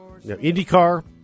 IndyCar